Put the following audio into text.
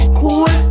cool